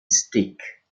stick